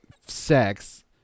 sex